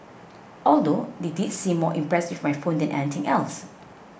although they did seem more impressed with my phone than anything else